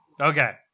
okay